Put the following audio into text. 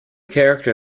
character